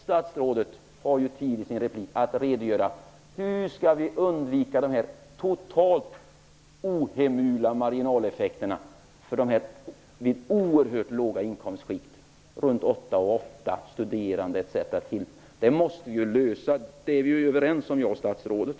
Statsrådet har tid i sin replik att redogöra för hur vi skall undvika dessa totalt ohemula marginaleffekter i detta inkomstskikt, dvs. för människor med dessa oerhört låga inkomster, runt 8 800 kr, studerande etc. Att det problemet måste lösas är vi överens om jag och statsrådet.